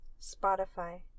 Spotify